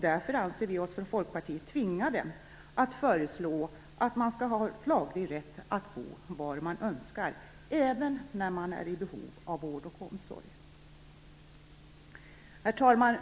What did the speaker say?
Därför anser vi oss i Folkpartiet tvingade att föreslå en laglig rätt att bo var man önskar, även om man är i behov av vård och omsorg. Herr talman!